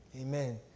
amen